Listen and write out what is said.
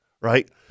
right